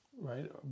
Right